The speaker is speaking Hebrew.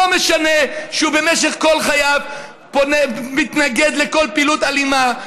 לא משנה שבמשך כל חייו הוא מתנגד לכל פעילות אלימה.